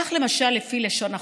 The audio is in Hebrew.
כך למשל לפי לשון החוק: